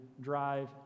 drive